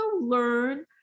learn